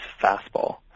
fastball